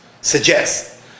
suggest